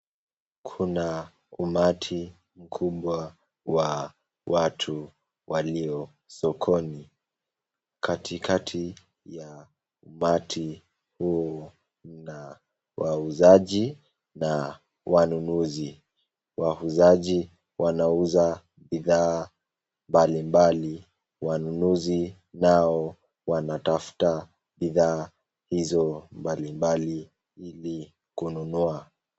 Kuna umati mkubwa Wa watu walio sokoni. Katikati yao Kuna wauzaji na wanunuzi. Wauzaji wanauza bidhaa mbalimbali. Wanunuzi nao wanatafuta bidhaa mbalimbali.